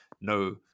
no